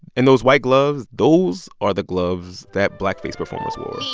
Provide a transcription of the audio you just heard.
and those white gloves, those are the gloves that blackface performers wore ah.